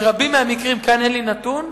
רבים מהמקרים כאן, אין לי נתון,